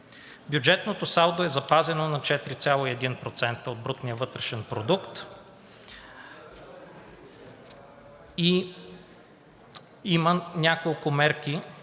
Бюджетното салдо е запазено на 4,1% от брутния вътрешен продукт и има няколко мерки